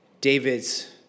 David's